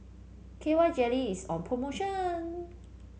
K Y Jelly is on promotion